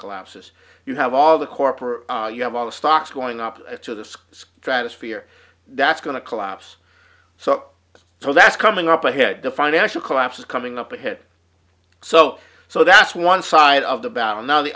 collapses you have all the corporate you have all the stocks going up to the sky as kratos fear that's going to collapse so so that's coming up ahead the financial collapse is coming up ahead so so that's one side of the battle now the